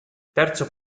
terzo